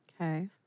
Okay